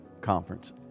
conference